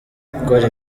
gukora